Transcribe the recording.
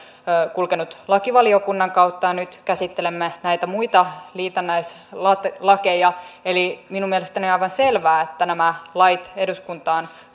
kulkenut lakivaliokunnan kautta ja nyt käsittelemme näitä muita liitännäislakeja eli minun mielestäni on aivan selvää että nämä lait eduskuntaan